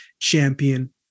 champion